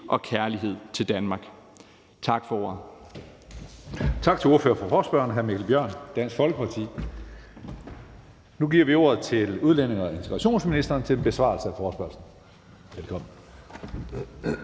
og kærlighed til Danmark.